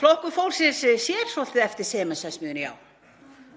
Flokkur fólksins sér svolítið eftir Sementsverksmiðjunni, já.